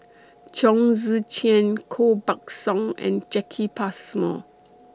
Chong Tze Chien Koh Buck Song and Jacki Passmore